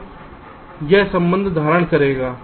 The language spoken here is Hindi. तो यह संबंध धारण करेगा